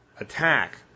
attack